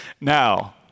Now